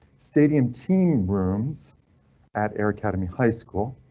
stadium team rooms at air academy high school.